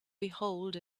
behold